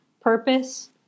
purpose